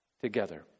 together